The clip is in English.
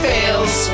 Fails